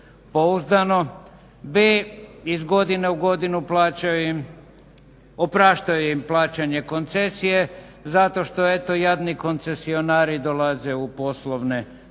pouzdano, b) iz godine u godinu opraštaju im plaćanje koncesije zato što eto jadni koncesionari dolaze u poslovne poteškoće.